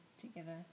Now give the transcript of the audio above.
together